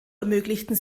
ermöglichten